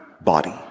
body